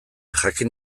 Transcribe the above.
jakin